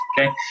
Okay